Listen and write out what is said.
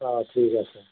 অঁ ঠিক আছে